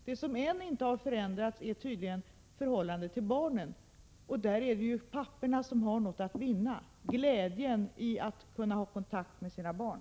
Det som ännu inte har förändrats är förhållandet till barnen, och där är det papporna som har något att vinna, nämligen glädjen i att ha kontakt med sina barn.